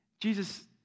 Jesus